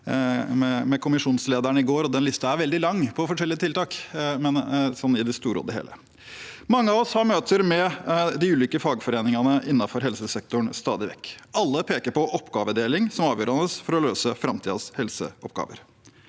med kommisjonslederen i går, og listen over forskjellige tiltak er veldig lang, i det store og hele. Mange av oss har møter med de ulike fagforeningene innenfor helsesektoren stadig vekk. Alle peker på oppgavedeling som avgjørende for å løse framtidens helseoppgaver,